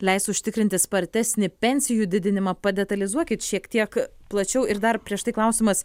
leis užtikrinti spartesnį pensijų didinimą oadetalizuokit šiek tiek plačiau ir dar prieš tai klausimas